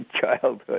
childhood